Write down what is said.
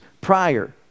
prior